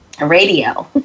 radio